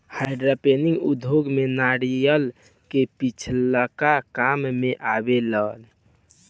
hydroponic उद्योग में नारिलय के छिलका काम मेआवेला